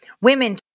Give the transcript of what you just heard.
Women